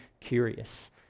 curious